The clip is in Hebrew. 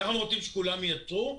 אנחנו רוצים שכולם ייצרו.